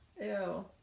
Ew